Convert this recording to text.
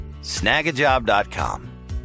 Snagajob.com